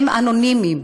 הם אנונימיים.